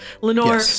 lenore